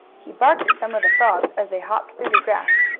he barked at some of the frogs, as they hopped through the grass,